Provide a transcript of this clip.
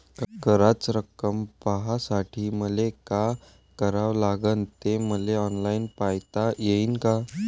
कराच रक्कम पाहासाठी मले का करावं लागन, ते मले ऑनलाईन पायता येईन का?